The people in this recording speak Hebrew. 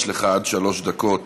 יש לך עד שלוש דקות